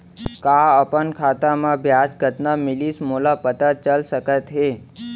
का अपन खाता म ब्याज कतना मिलिस मोला पता चल सकता है?